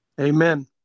amen